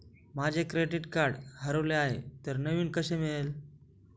माझे credit card हरवले आहे तर नवीन कसे मिळेल?